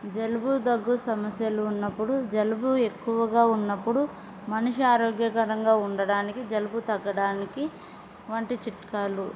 జలుబు తగ్గు సమస్యలు ఉన్నప్పుడు జలుబు ఎక్కువగా ఉన్నప్పుడు మనిషి ఆరోగ్యకరంగా ఉండడానికి జలుబు తగ్గడానికి వంటి చిట్కాలు